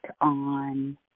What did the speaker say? on